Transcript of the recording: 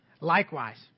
Likewise